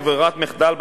כברירת מחדל,